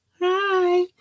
Hi